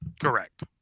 Correct